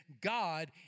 God